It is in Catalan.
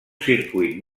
circuit